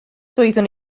doeddwn